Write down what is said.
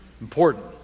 important